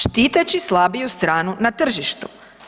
Štiteći slabiju stranu na tržištu.